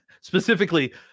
specifically